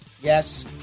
Yes